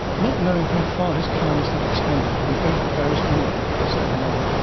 not knowing how far his kindness had extended, we ate the barest minimum to save money,